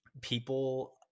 people